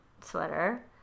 sweater